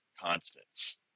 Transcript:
constants